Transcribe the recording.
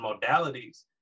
modalities